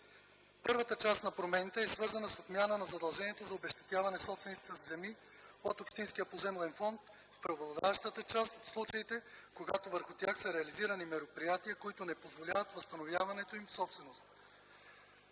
Първата част от промените е свързана с отмяна на задължението за обезщетяване собствениците със земи от общинския поземлен фонд в преобладаващата част от случаите, когато върху тях са реализирани мероприятия, които не позволяват възстановяването им в собственост.